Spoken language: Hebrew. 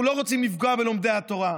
אנחנו לא רוצים לפגוע בלומדי התורה.